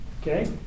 Okay